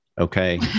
Okay